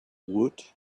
woot